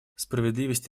справедливость